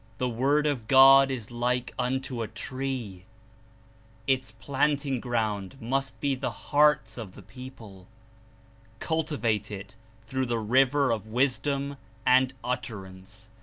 the word of god is like unto a tree its planting ground must be the hearts of the people cultivate it through the river of wisdom and utterance,